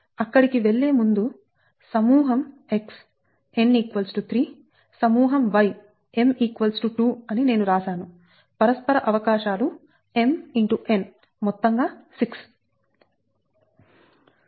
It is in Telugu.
అక్కడికి వెళ్లే ముందు సమూహం x n 3 సమూహం y m 2 అని నేను రాశాను పరస్పర అవకాశాలు m x n మొత్తంగా 6